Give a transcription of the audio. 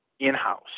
in-house